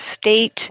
state